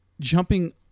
jumping